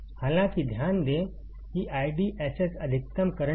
हालांकि ध्यान दें कि IDSS अधिकतम करंट नहीं है